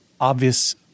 obvious